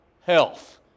health